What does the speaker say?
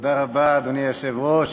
אדוני היושב-ראש,